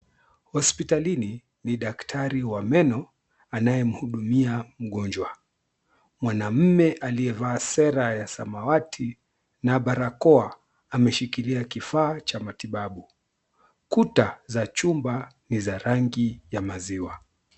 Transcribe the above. Hospitalini ni daktari wa meno anayemhudumia mgonjwa. Mwanamume aliyevaa sare ya samawati na barakoa ameshikilia kifaa cha matibabu. Kuta za chumba ni za rangi ya maziwa.